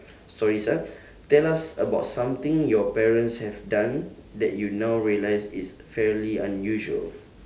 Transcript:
stories ah tell us about something your parents have done that you now realise is fairly unusual